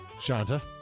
Shanta